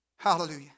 Hallelujah